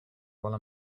while